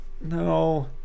No